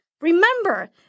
Remember